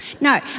No